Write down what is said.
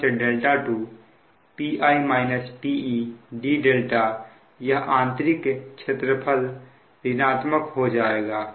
δ1से δ2 d यह आंतरिक क्षेत्रफल ऋणात्मक हो जाएगा